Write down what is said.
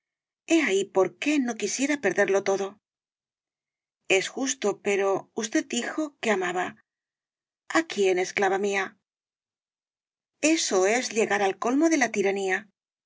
ahí por qué no quisiera perderlo todo es justo pero usted dijo que amaba á quién esclava mía eso es llegar al colmo de la tiranía